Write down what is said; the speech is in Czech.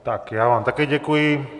Tak já vám také děkuji.